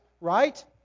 Right